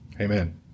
Amen